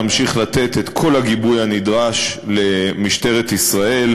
אמשיך לתת את כל הגיבוי הנדרש למשטרת ישראל,